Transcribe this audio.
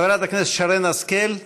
חברת הכנסת שרן השכל,